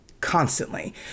Constantly